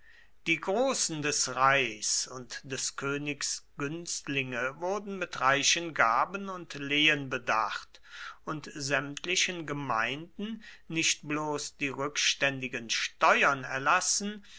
die großen des reichs und des königs günstlinge wurden mit reichen gaben und lehen bedacht und sämtlichen gemeinden nicht bloß die rückständigen steuern erlassen